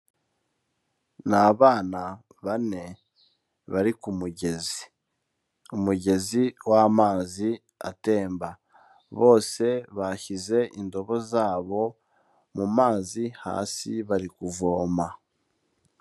Ni abana bane bari ku mugezi, umugezi w'amazi atemba, bose bashyize indobo zabo mu mazi hasi bari kuvoma.